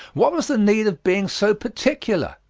what was the need of being so particular?